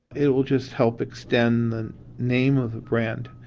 it will just help extend the name of the brand,